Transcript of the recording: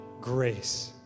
grace